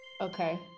Okay